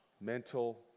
mental